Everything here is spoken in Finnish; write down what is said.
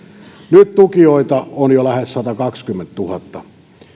nyt tukijoita on jo lähes satakaksikymmentätuhatta